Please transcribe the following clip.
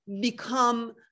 become